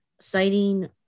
citing